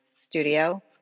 studio